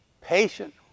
patient